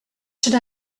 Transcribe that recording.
should